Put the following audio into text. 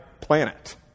planet